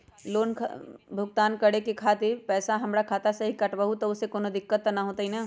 Loan भुगतान करे के खातिर पैसा हमर खाता में से ही काटबहु त ओसे कौनो दिक्कत त न होई न?